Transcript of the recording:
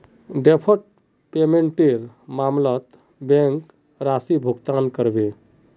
deferred पेमेंटेर मामलत bank राशि भुगतान करबे